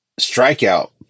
strikeout